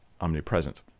omnipresent